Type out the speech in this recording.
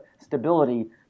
stability